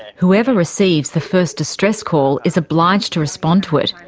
whoever receives the first distress call is obliged to respond to it,